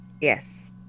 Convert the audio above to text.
yes